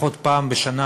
לפחות פעם בשנה,